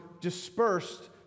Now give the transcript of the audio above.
dispersed